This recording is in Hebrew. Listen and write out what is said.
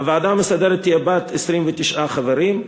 הוועדה המסדרת תהיה בת 29 חברים,